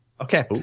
Okay